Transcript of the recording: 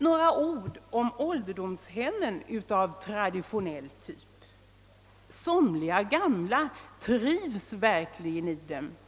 Några ord om ålderdomshemmen av traditionell typ. Somliga gamla trivs verkligen i dem.